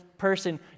person